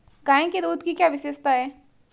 गाय के दूध की क्या विशेषता है?